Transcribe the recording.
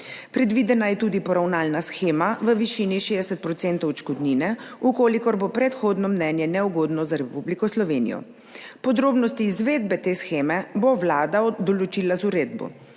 Predvidena je tudi poravnalna shema v višini 60 % odškodnine, če bo predhodno mnenje neugodno za Republiko Slovenijo. Podrobnosti izvedbe te sheme bo Vlada določila z uredbo.